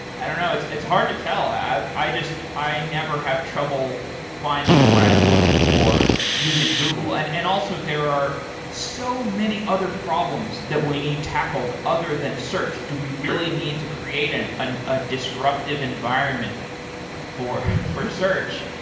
i don't know. it's it's hard to tell. i i never have trouble finding what i'm looking for using google. and and also, there are so many other problems that we need tackled other than search. do we really need to create and and a disruptive environment for for search?